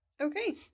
Okay